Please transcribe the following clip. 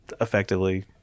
effectively